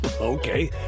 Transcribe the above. Okay